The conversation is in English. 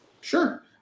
Sure